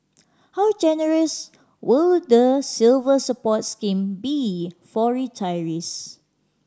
how generous will the Silver Support scheme be for retirees